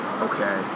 Okay